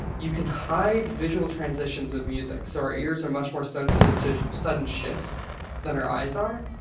you can hide visual transitions with music. so our ears are much more sensitive to sudden shifts than our eyes are.